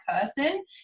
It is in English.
person